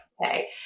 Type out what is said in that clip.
okay